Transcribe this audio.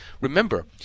Remember